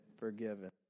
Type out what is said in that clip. forgiven